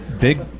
big